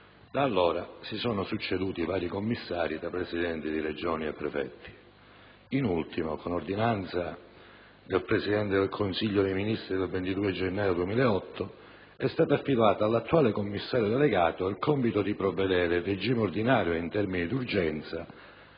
Da allora si sono succeduti vari commissari tra Presidenti di Regione e prefetti. In ultimo, con ordinanza del Presidente del Consiglio dei ministri del 22 gennaio 2008, è stato affidato all'attuale commissario delegato il compito di provvedere (in regime ordinario ed in termini di urgenza)